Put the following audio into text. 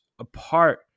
apart